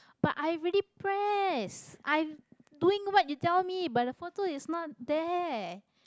but i already press i doing what you tell me but the photo is not there